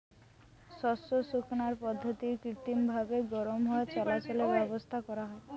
শস্য শুকানার পদ্ধতিরে কৃত্রিমভাবি গরম হাওয়া চলাচলের ব্যাবস্থা করা হয়